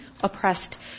oppressed